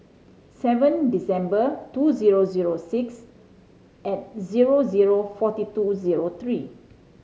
seven December two zero zero six at zero zero forty two zero three